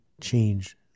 change